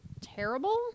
terrible